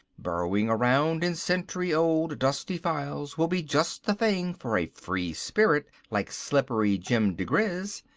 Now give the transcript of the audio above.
burrowing around in century-old, dusty files will be just the thing for a free spirit like slippery jim digriz.